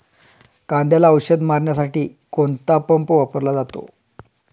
कांद्याला औषध मारण्यासाठी कोणता पंप वापरला जातो?